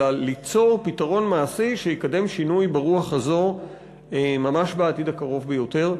אלא ליצור פתרון מעשי שיקדם שינוי ברוח הזאת ממש בעתיד הקרוב ביותר.